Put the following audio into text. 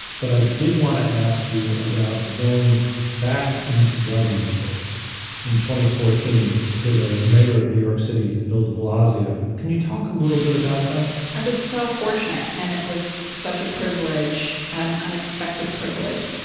but i did want to ask you about going back into government work in fourteen, for the mayor of new york city, bill de blasio, can you talk a little bit about that? i was so fortunate, and it was such a privilege and unexpected privilege.